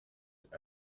fat